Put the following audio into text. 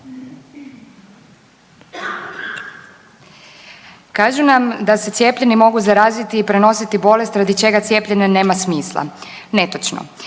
Kažu nam da se cijepljeni mogu zaraziti i prenositi bolest radi čega cijepljenje nema smisla. Netočno,